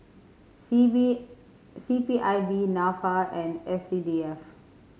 C P C P I B Nafa and S C D F